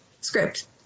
Script